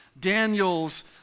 Daniel's